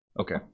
Okay